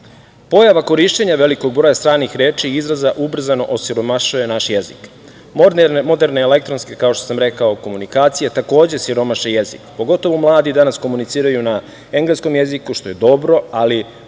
jezika. Pojava korišćenja velikog broja stranih reči i izraza ubrzano osiromašuje naš jezik. Moderne elektronske, kao što sam rekao, komunikacije takođe siromaše jezik. Pogotovo mladi danas komuniciraju na engleskom jeziku, što je dobro, ali